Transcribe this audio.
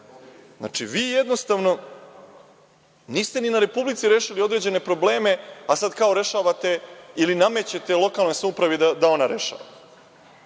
Znači, vi jednostavno niste ni na Republici rešili određene probleme, a sada kao rešavate ili namećete lokalnoj samoupravi da ona rešava.